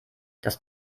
dass